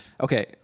Okay